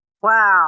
Wow